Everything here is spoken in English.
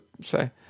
say